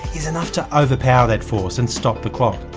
is enough to overpower that force and stop the clock.